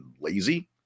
lazy